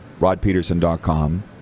rodpeterson.com